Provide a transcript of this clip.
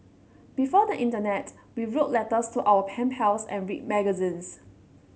before the internet we wrote letters to our pen pals and read magazines